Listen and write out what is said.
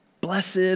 Blessed